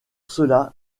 cela